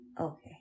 Okay